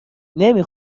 نمی